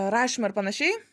rašymą ir panašiai